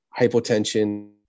hypotension